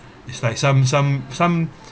it's like some some some